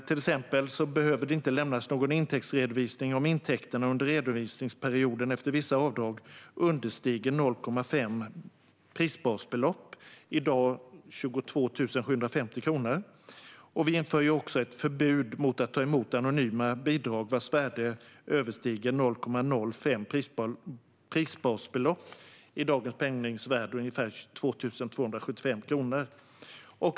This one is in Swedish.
Det behöver till exempel inte lämnas någon intäktsredovisning om intäkterna under redovisningsperioden efter vissa avdrag understiger 0,5 prisbasbelopp, i dag 22 750 kronor. Vi inför också ett förbud mot att ta emot anonyma bidrag vars värde överstiger 0,05 prisbasbelopp, i dagens penningvärde ungefär 2 275 kronor.